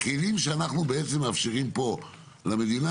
הכלים שאנחנו בעצם מאפשרים פה למדינה